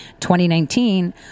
2019